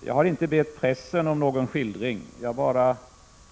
Jag har inte bett pressen om någon skildring. Jag bara